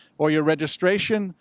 or your registration.